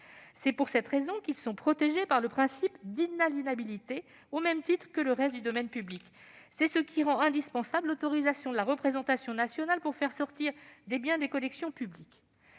et qui, à ce titre, sont protégés par le principe d'inaliénabilité, au même titre que le reste du domaine public. C'est ce qui rend indispensable l'autorisation de la représentation nationale pour faire sortir des biens des collections publiques.